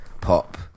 pop